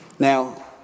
Now